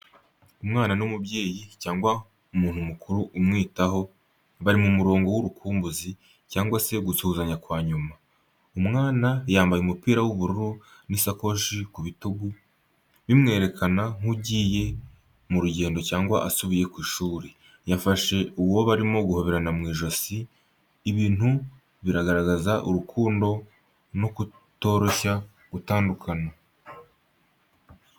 Umwana n’umubyeyi cyangwa umuntu mukuru umwitaho, bari mu murongo w'urukumbuzi, cyangwa se gusuhuzanya kwa nyuma. Umwana yambaye umupira w’ubururu n’isakoshi ku bitugu, bimwerekana nk’ugiye mu rugendo cyangwa asubiye ku ishuri. Yafashe uwo barimo guhoberana mu ijosi, ibintu bigaragaza urukundo no kutoroshya gutandukana.